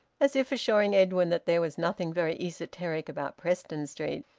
as if assuring edwin that there was nothing very esoteric about preston street.